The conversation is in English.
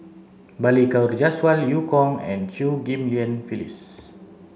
Balli Kaur Jaswal Eu Kong and Chew Ghim Lian Phyllis